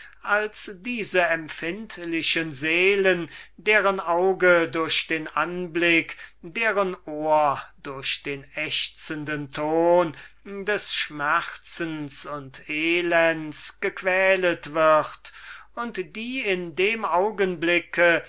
als diese empfindlichen seelen deren auge durch den anblick deren ohr durch den ächzenden ton des schmerzens und elends gequälet wird und die in dem augenblick